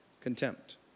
contempt